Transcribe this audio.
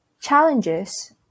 challenges